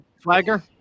Swagger